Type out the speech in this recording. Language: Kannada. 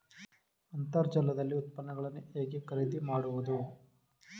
ಅಂತರ್ಜಾಲದಲ್ಲಿ ಉತ್ಪನ್ನಗಳನ್ನು ಹೇಗೆ ಖರೀದಿ ಮಾಡುವುದು?